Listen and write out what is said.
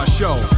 show